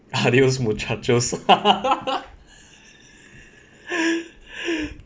adios muchachos